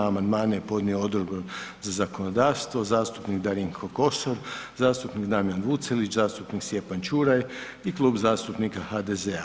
Amandmane je podnio Odbor za zakonodavstvo, zastupnik Darinko Kosor, zastupnik Damjan Vucelić, zastupnik Stjepan Ćuraj i Klub zastupnika HDZ-a.